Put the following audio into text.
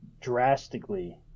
drastically